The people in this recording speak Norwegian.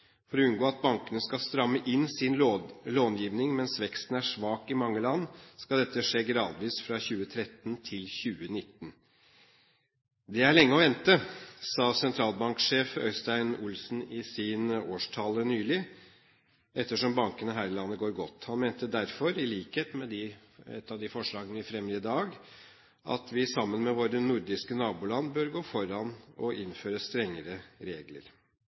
For å unngå at bankene skal stramme inn sin långivning mens veksten er svak i mange land, skal dette skje gradvis fra 2013 til 2019. Det er lenge å vente, sa sentralbanksjef Øystein Olsen i sin årstale nylig, ettersom bankene her i landet går godt. Han mente derfor, som i et av de forslagene vi fremmer i dag, at vi sammen med våre nordiske naboland bør gå foran og innføre strengere regler.